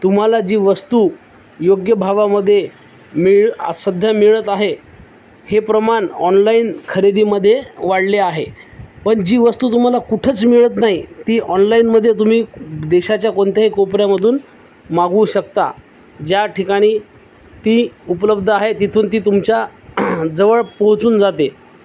तुम्हाला जी वस्तू योग्य भावामध्ये मिळ सध्या मिळत आहे हे प्रमाण ऑनलाईन खरेदीमध्ये वाढले आहे पण जी वस्तू तुम्हाला कुठंच मिळत नाही ती ऑनलाईनमध्ये तुम्ही देशाच्या कोणत्याही कोपऱ्यामधून मागवू शकता ज्या ठिकाणी ती उपलब्ध आहे तिथून ती तुमच्या जवळ पोहोचून जाते